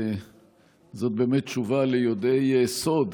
זאת באמת תשובה ליודעי סוד,